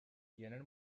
gener